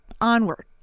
onward